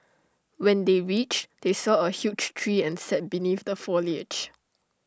when they reached they saw A huge tree and sat beneath the foliage